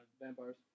Vampires